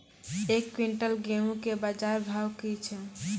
एक क्विंटल गेहूँ के बाजार भाव की छ?